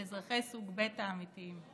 על אזרחי סוג ב' האמיתיים,